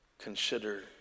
Consider